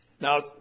Now